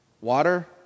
Water